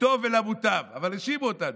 לטוב ולמוטב, אבל האשימו אותנו.